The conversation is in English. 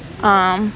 ah